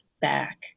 back